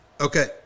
okay